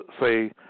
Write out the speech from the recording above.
say